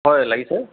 হয় লাগিছে